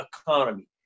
economy